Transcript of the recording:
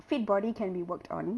fit body can be worked on